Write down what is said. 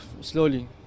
slowly